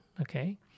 okay